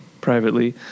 privately